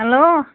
hello